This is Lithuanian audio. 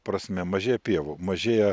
prasme mažėja pievų mažėja